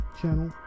channel